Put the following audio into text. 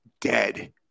dead